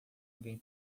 alguém